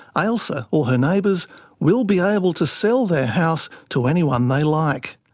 ailsa or her neighbours will be able to sell their house to anyone they like.